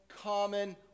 common